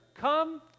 come